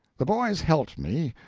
the boys helped me,